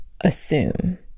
assume